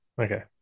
Okay